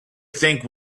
think